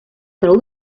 prou